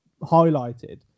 highlighted